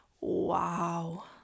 Wow